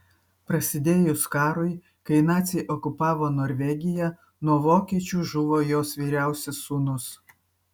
prasidėjus karui kai naciai okupavo norvegiją nuo vokiečių žuvo jos vyriausias sūnus